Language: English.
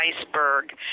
iceberg